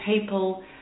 people